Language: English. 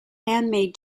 handmade